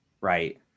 Right